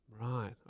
Right